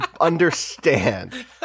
understand